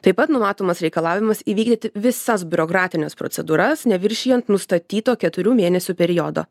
taip pat numatomas reikalavimas įvykdyti visas biurokratines procedūras neviršijant nustatyto keturių mėnesių periodo